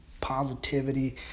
Positivity